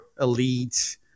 elite